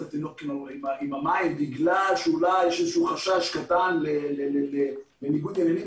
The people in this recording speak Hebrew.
התינוק עם המים בגלל שאולי יש חשש קטן לניגוד עניינים,